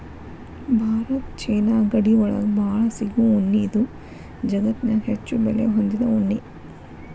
Bharat China ಗಡಿ ಒಳಗ ಬಾಳ ಸಿಗು ಉಣ್ಣಿ ಇದು ಜಗತ್ತನ್ಯಾಗ ಹೆಚ್ಚು ಬೆಲೆ ಹೊಂದಿದ ಉಣ್ಣಿ